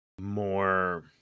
more